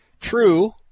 True